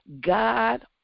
God